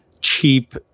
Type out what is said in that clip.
cheap